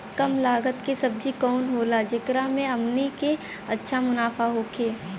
कम लागत के सब्जी कवन होला जेकरा में हमनी के अच्छा मुनाफा होखे?